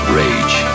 rage